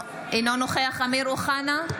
אינו נוכח אמיר אוחנה,